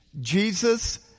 Jesus